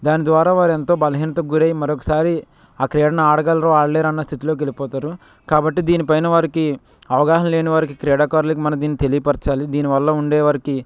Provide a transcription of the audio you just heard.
దాని ద్వారా వారు ఎంతో బలహీనతకు గురైయి మరొకసారి ఆ క్రీడను ఆడగలరు ఆడలేరో అన్న స్థితిలోకి వెళ్ళిపోతారు కాబట్టి దీనిపైన వారికి అవగాహన లేని వారికి క్రీడాకారులకు మన దీన్ని తెలియపరచాలి దీనివల్ల ఉండే వారికి